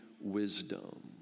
wisdom